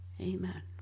Amen